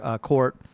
court